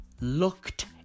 Looked